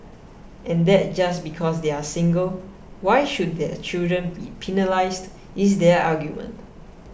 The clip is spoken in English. and that just because they are single why should their children be penalised is their argument